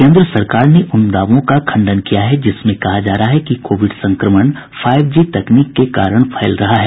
केन्द्र सरकार ने उन दावों का खंडन किया है जिसमें कहा जा रहा है कि कोविड संक्रमण फाइव जी टेक्नोलॉजी के कारण फैल रहा है